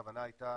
הכוונה הייתה